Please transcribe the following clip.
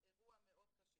אירוע מאוד קשה.